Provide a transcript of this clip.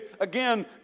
again